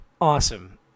awesome